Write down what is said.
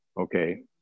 Okay